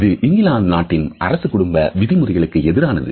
இது இங்கிலாந்து நாட்டின் அரச குடும்ப விதிமுறைகளுக்கு எதிரானது